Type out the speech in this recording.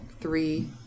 three